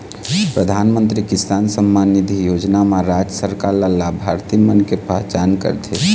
परधानमंतरी किसान सम्मान निधि योजना म राज सरकार ल लाभार्थी मन के पहचान करथे